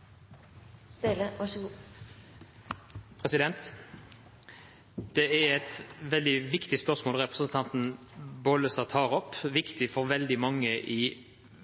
leve et så godt liv som mulig. Det er et viktig spørsmål representanten Bollestad tar opp – viktig for veldig mange i en